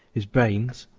his brains,